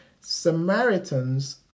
samaritans